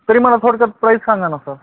तरी मला थोडं प्राइस सांगा ना सर